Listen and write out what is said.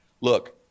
look